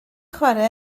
chwarae